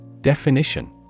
Definition